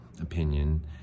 opinion